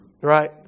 Right